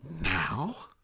now